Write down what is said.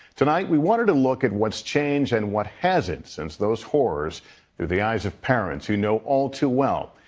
tonight we wanted to look at what's changed and what hasn't since those horrors through the eyes of parents who know all too well.